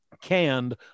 canned